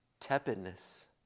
tepidness